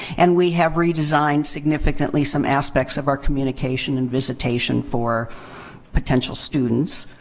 and we have redesigned significantly some aspects of our communication and visitation for potential students.